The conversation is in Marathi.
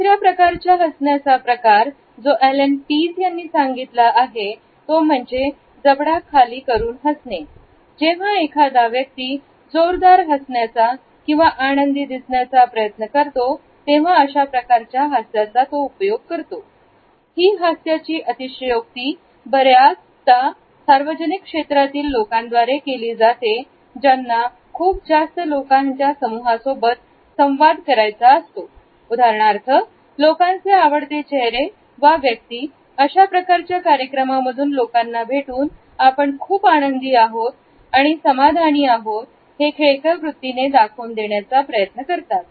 तिसर्या प्रकारचा हसण्याचा प्रकार जो एलेन पिज यांनी सांगितला आहे तो म्हणजे जबडा खाली करून हसणे जेव्हा एखादा व्यक्ती जोरदार हसण्याचा किंवा आनंदी दिसण्याचा प्रयत्न करते तेव्हा अशा प्रकारचा हास्याचा उपयोग होतो हि हास्याची अतिशयोक्ती बऱ्याच जा सार्वजनिक क्षेत्रातील त्या लोकांद्वारे केली जाते ज्यांना खूप जास्त लोकांच्या समूहासोबत संवाद करायचा असतो उदाहरणार्थ लोकांचे आवडते चेहरे या व्यक्ती अशा प्रकारच्या कार्यक्रमांमधून लोकांना भेटून आपण खूप आनंदी आहोत आणि समाधानी आहोत हे खेळकर वृत्तीने दाखवून देण्याचा प्रयत्न करतात